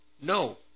No